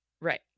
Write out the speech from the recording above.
Right